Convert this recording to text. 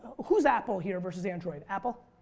who's apple here versus android? apple?